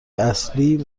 اصلی